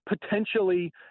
potentially